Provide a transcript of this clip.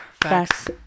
facts